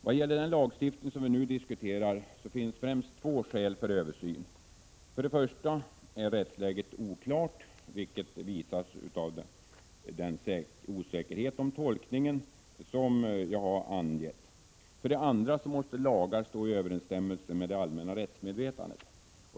Vad gäller den lagstiftning vi nu diskuterar finns främst två skäl för översyn. För det första är rättsläget oklart, vilket visas av den osäkerhet om tolkning som jag har redovisat. För det andra måste lagar stå i överensstämmelse med det allmänna rättsmedvetandet.